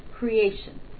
Creation